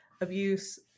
abuse